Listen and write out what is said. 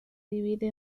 divide